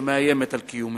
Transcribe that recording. שמאיימת על קיומנו.